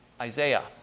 Isaiah